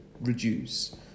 reduce